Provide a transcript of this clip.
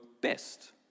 best